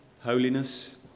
holiness